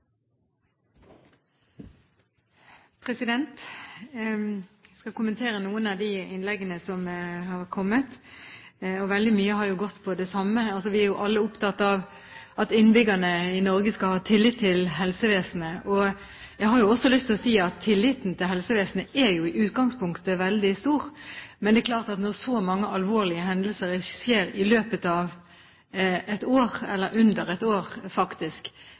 skal kommentere noen av de innleggene som har kommet. Veldig mange har gått på det samme – vi er opptatt av at innbyggerne i Norge skal ha tillit til helsevesenet. Jeg har også lyst til å si at i utgangspunktet er tilliten til helsevesenet veldig stor. Men det er klart at når så mange alvorlige hendelser skjer i løpet av et år – under et år, faktisk